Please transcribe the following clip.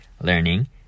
learning